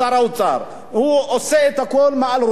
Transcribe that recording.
הוא עושה את הכול מעל ראשו של שר האוצר.